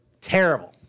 Terrible